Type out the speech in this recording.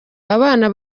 abana